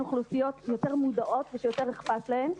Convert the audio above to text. אוכלוסיות יותר מודעות ושיותר אכפת להן,